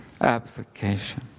Application